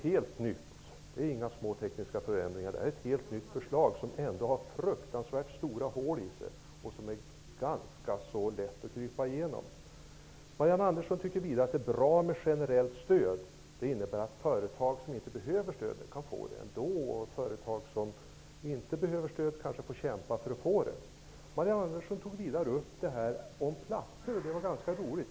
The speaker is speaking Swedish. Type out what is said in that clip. Det här är ett helt nytt förslag, som ändå har fruktansvärt stora hål, som det är ganska lätt att krypa igenom. Marianne Andersson tycker att det är bra med ett generellt stöd. Det innebär att företag som inte behöver stödet kan få det ändå, och att företag som behöver stödet kanske måste kämpa för att få det. Marianne Andersson tog vidare upp anställningarna, och det var ganska roligt.